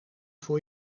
voor